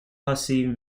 hussey